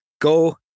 go